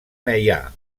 meià